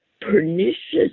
pernicious